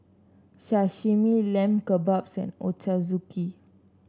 Sashimi Lamb Kebabs and Ochazuke